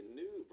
new